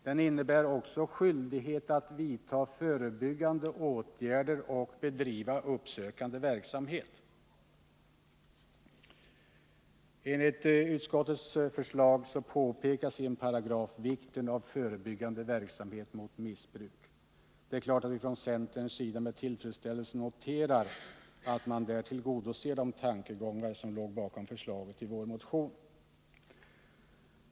Den innebär också skyldighet att vidta förebyggande åtgärder och bedriva uppsökande verksamhet. Enligt utskottets förslag påpekas i en paragraf vikten av förebyggande verksamhet mot missbruk. Från centerns sida noterar vi naturligtvis med tillfredsställelse att man därmed följer de tankegångar som låg bakom förslaget i vår motion.